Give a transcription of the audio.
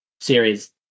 series